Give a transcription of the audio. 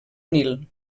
nil